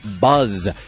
Buzz